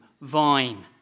vine